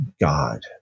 God